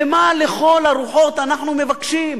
ומה לכל הרוחות אנחנו מבקשים?